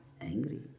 angry